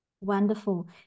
Wonderful